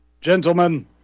gentlemen